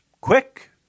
quick